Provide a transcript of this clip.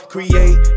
Create